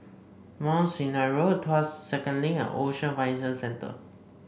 Mount Sinai Road Tuas Second Link and Ocean Financial Centre